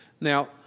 Now